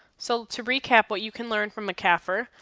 so to recap what you can learn from a cafr,